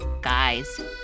guys